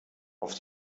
auf